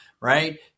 right